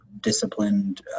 disciplined